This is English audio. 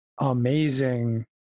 amazing